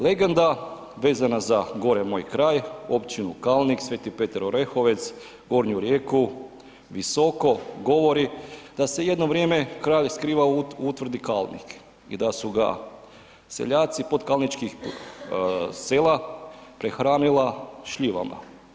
Legenda vezana za gore moj kraj općinu Kalnik, Sv.Petar Orehovec, Gornju Rijeku, Visoko govori da se jedno vrijeme kralj skrivao u utvrdi Kalnik i da su ga seljaci potkalničkih sela prehranila šljivama.